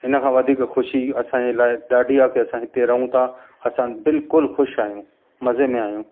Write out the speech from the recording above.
इन खां वधीक ख़ुशी असांजे लाइ ॾाढी आहे की असां हिते रहूं था असां बिल्कुलु ख़ुशि आहियूं मज़े में आहियूं